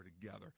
together